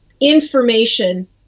information